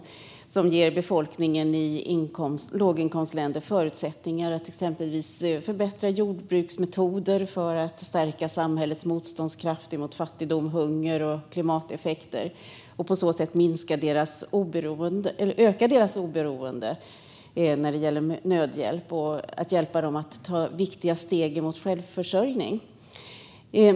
Långsiktigt utvecklingsbistånd ger befolkningen i låginkomstländer förutsättningar att exempelvis förbättra jordbruksmetoder för att stärka samhällets motståndskraft mot fattigdom, hunger och klimateffekter och på så vis öka sitt oberoende av nödhjälp. Det hjälper länderna att ta viktiga steg mot självförsörjning.